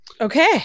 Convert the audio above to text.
Okay